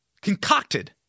concocted